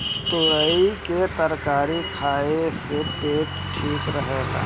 तुरई के तरकारी खाए से पेट ठीक रहेला